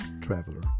Traveler